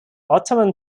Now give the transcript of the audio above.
ottoman